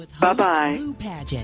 Bye-bye